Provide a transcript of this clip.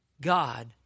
God